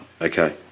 Okay